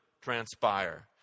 transpire